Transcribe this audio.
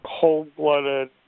cold-blooded